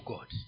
God